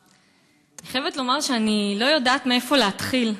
אני חייבת לומר שאני לא יודעת מאיפה להתחיל,